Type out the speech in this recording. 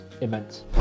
immense